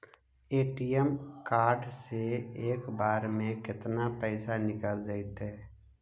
ATM card से एक बार में केतना पैसा निकल जइतै?